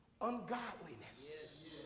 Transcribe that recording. ungodliness